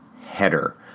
header